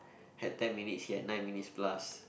had ten minutes he had nine minutes plus